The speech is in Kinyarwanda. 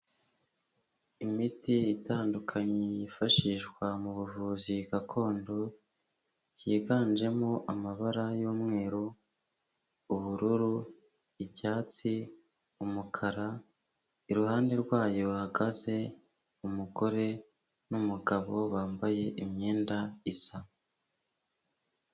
Imiti itandukanye yifashishwa mu buvuzi gakondo higanjemo amabara y'umweru, ubururu icyatsi ,umukara .Iruhande rwayo hahagaze umugore n'umugabo bambaye imyenda isa.